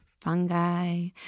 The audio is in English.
Fungi